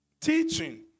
teaching